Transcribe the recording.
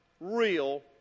real